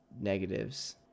negatives